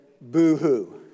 boo-hoo